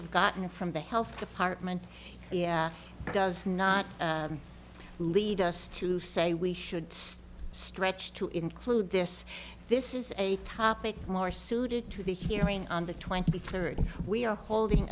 have gotten from the health department yeah does not lead us to say we should stretch to include this this is a topic more suited to the hearing on the twenty third we are holding